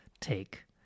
take